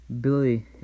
Billy